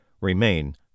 remain